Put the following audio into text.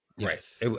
Right